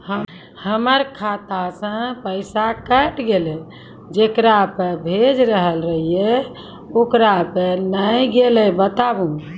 हमर खाता से पैसा कैट गेल जेकरा पे भेज रहल रहियै ओकरा पे नैय गेलै बताबू?